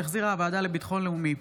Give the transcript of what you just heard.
שהחזירה הוועדה לביטחון לאומי.